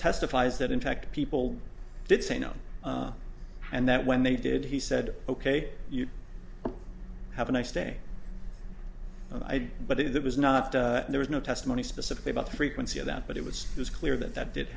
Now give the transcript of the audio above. testifies that in fact people did say no and that when they did he said ok you have a nice day but it was not there was no testimony specifically about the frequency of that but it was clear that that did